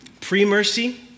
Pre-mercy